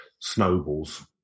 snowballs